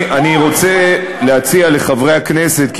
אני רוצה להציע לחברי הכנסת,